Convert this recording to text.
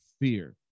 fear